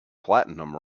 platinum